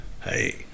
hey